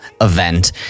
event